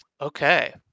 Okay